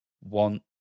want